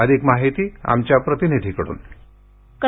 अधिक माहिती आमच्या प्रतिनिधीकड्न